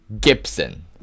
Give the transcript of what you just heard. Gibson